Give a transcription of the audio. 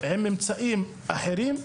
ושהממצאים יהיו אחרים,